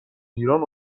ایران